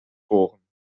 bohren